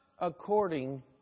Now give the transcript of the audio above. according